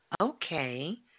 okay